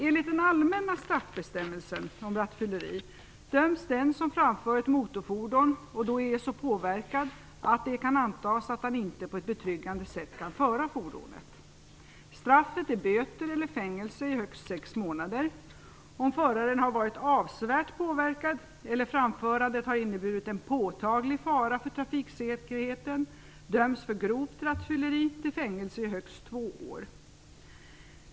Enligt den allmänna straffbestämmelsen om rattfylleri döms den som framför ett motorfordon och då är så påverkad att det kan antas att han inte på ett betryggande sätt kan föra fordonet. Straffet är böter eller fängelse i högst sex månader. Om föraren har varit avsevärt påverkad eller framförandet har inneburit en påtaglig fara för trafiksäkerheten döms för grovt rattfylleri till fängelse i högst två år.